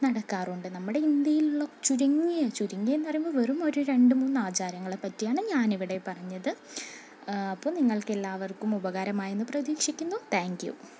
നടക്കാറുണ്ട് നമ്മുടെ ഇന്ത്യയിലുള്ള ചുരുങ്ങിയ ചുരുങ്ങിയത് എന്നു പറയുമ്പോൾ വെറും ഒരു രണ്ട് മൂന്ന് ആചാരങ്ങളെ പറ്റിയാണ് ഞാാൻ ഇവിടെ പറഞ്ഞത് അപ്പം നിങ്ങൾക്ക് എല്ലാവർക്കും ഉപകാരമായി എന്ന് പ്രതീക്ഷിക്കുന്നു താങ്ക് യു